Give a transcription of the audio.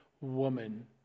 woman